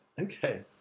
Okay